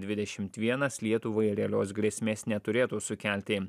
dvidešimt vienas lietuvai realios grėsmės neturėtų sukelti